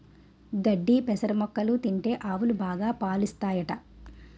గడ్డి పెసర మొక్కలు తింటే ఆవులు బాగా పాలుస్తాయట